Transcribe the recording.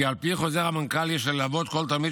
כי על פי חוזר המנכ"ל יש ללוות כל תלמיד